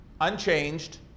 unchanged